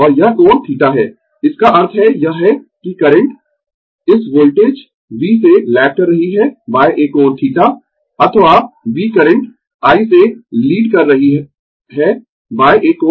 और यह कोण θ है इसका अर्थ है यह है कि करंट I इस वोल्टेज V से लैग कर रही है एक कोण θ अथवा V करंट I से लीड कर रहा है एक कोण θ